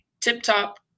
tip-top